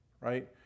Right